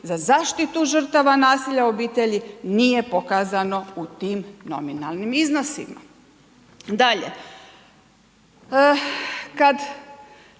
za zaštitu žrtava nasilja u obitelji, nije pokazano u tim nominalnim iznosima. Dalje, kad